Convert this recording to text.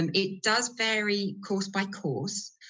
um it does vary course by course,